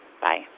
Bye